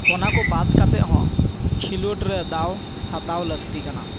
ᱚᱱᱟ ᱠᱚ ᱵᱟᱫ ᱠᱟᱛᱮᱜ ᱦᱚᱸ ᱠᱷᱤᱞᱳᱰ ᱨᱮ ᱫᱟᱣ ᱦᱟᱛᱟᱣ ᱞᱟᱹᱠᱛᱤ ᱠᱟᱱᱟ